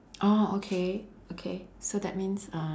oh okay okay so that means uh